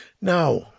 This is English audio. Now